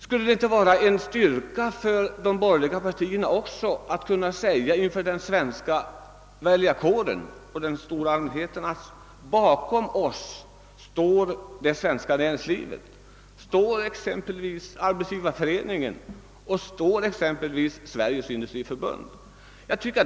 Skulle det inte vara en styrka också för de borgerliga partierna att kunna säga till den svenska väljarkåren och den stora allmänheten att bakom oss i valrörelsen står det svenska näringslivet, t.ex. Arbetsgivareföreningen och Sveriges industriförbund?